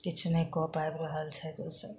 किछु नहि कऽ पाबि रहल छथि ओ सब